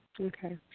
Okay